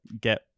get